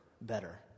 better